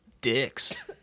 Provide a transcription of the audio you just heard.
dicks